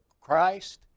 Christ